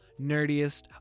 Nerdiest